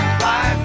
fly